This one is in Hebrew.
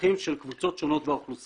לצרכים של קבוצות שונות באוכלוסייה.